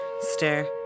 stare